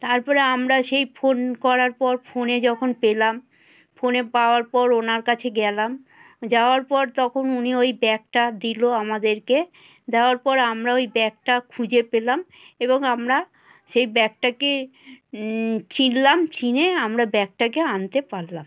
তারপরে আমরা সেই ফোন করার পর ফোনে যখন পেলাম ফোনে পাওয়ার পর ওনার কাছে গেলাম যাওয়ার পর তখন উনি ওই ব্যাগটা দিলো আমাদেরকে দেওয়ার পর আমরাও ওই ব্যাগটা খুঁজে পেলাম এবং আমরা সেই ব্যাগটাকে চিনলাম চিনে আমরা ব্যাগটাকে আনতে পারলাম